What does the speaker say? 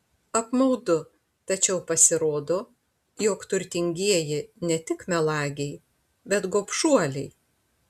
apmaudu tačiau pasirodo jog turtingieji ne tik melagiai bet gobšuoliai